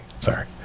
Sorry